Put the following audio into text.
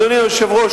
אדוני היושב-ראש,